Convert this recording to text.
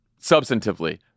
substantively